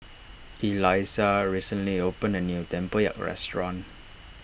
Elissa recently opened a new Tempoyak restaurant